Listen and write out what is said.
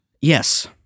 Yes